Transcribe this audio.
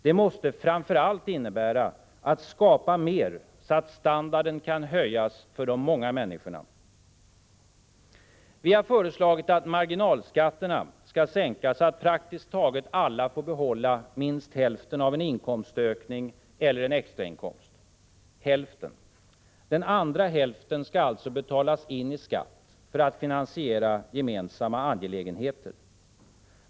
Det måste framför allt innebära att skapa mer, så att standarden kan höjas för de många människorna. Vi har föreslagit att marginalskatterna skall sänkas så att praktiskt taget alla får behålla minst hälften av en inkomstökning eller en extrainkomst. Hälften! Den andra hälften betalas in i skatt, för att finansiera gemensamma angelägenheter.